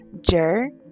Jerk